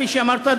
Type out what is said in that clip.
כפי שאמרת,